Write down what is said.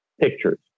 pictures